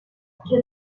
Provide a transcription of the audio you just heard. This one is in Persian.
قبل، که